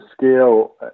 scale